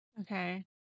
Okay